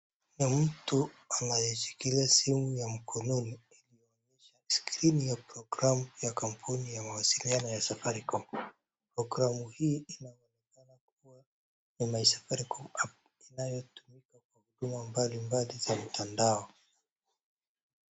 Ni mtu anayeshikilia simu ya mkononi iliyoonyesha skrini ya programu ya kampuni ya mawasiliano ya Safaricom. Programu hii inaonekana kuwa ni MySafaricom app inayotumika kwa huduma mbalimbali za mtandao.